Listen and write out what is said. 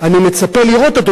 אינו נוכח איוב